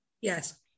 Yes